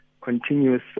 continuous